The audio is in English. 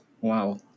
Wow